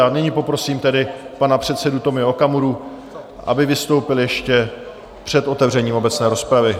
A nyní poprosím tedy pana předsedu Tomia Okamuru, aby vystoupil ještě před otevřením obecné rozpravy.